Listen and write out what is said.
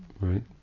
right